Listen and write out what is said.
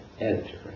editor